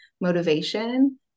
motivation